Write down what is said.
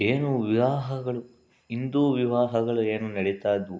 ಏನು ವಿವಾಹಗಳು ಇಂದು ವಿವಾಹಗಳು ಏನು ನಡೀತಾಯಿದ್ದವು